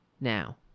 now